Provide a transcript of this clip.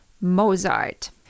Mozart